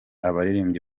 abaririmbyi